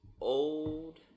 old